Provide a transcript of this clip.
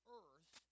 earth